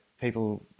People